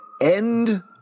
end